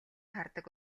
хардаг